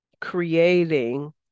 creating